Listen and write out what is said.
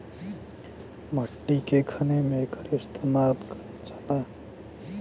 मट्टी के खने में एकर इस्तेमाल करल जाला